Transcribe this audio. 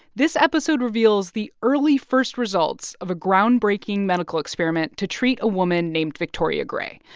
this episode reveals the early first results of a groundbreaking medical experiment to treat a woman named victoria gray.